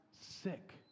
sick